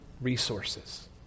resources